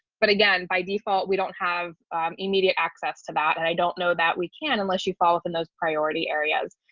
but again, by default, we don't have immediate access to that. and i don't know that we can unless you fall within those priority areas.